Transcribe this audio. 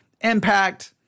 impact